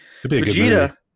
Vegeta